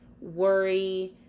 worry